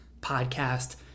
Podcast